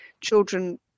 Children